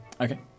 Okay